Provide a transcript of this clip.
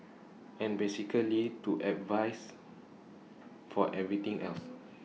and basically to advise for everything else